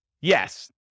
Yes